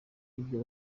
ibyo